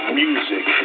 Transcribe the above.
music